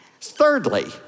Thirdly